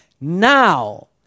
Now